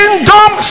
Kingdom